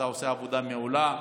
אתה עושה עבודה מעולה.